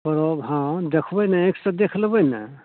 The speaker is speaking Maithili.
परब हँ देखबै ने आँखिसे देखि लेबै ने